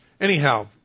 anyhow